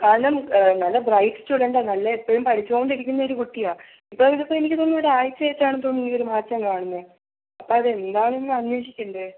കാരണം നല്ല ബ്രൈറ്റ് സ്റ്റുഡൻ്റാണ് നല്ല എപ്പോഴും പഠിച്ച് കൊണ്ടിരിക്കുന്നതാണ് ഒരു കുട്ടിയാണ് ഇതെ ഇതിപ്പം എനിക്ക് തോന്നുന്നു ഒരു ആഴ്ച്ച ആയിട്ടാണെന്ന് തോന്നുന്നു ഈ ഒരു മാറ്റം കാണുന്നത് അപ്പം അതെന്താണ് എന്ന് അന്വേഷിക്കേണ്ടത്